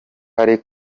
ari